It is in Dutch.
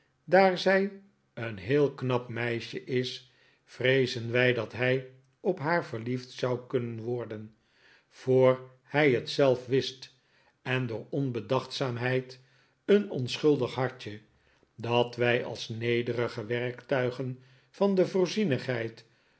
daar zij een heel knap meisje is vreezen wij dat hij op haar verliefd zou kunnen worden voor hij het zelf wist en door onbedachtzaamheid een onschuldig hartje dat wij als nederige werktuigen van de